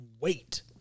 wait